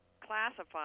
classified